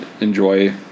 enjoy